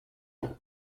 wir